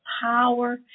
power